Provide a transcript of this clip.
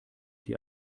die